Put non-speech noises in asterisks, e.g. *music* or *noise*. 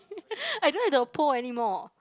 *breath* I don't have the pole anymore